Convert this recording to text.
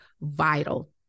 vital